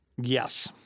Yes